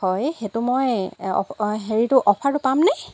হয় সেইটো মই হেৰিটো অফাৰটো পাম নে